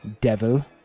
devil